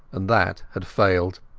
and that had failed.